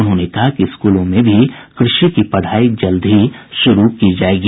उन्होंने कहा कि स्कूलों में भी कृषि की पढ़ाई जल्द ही शुरू की जायेगी